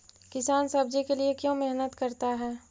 किसान सब्जी के लिए क्यों मेहनत करता है?